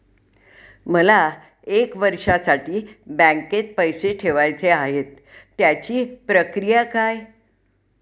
मला एक वर्षासाठी बँकेत पैसे ठेवायचे आहेत त्याची प्रक्रिया काय?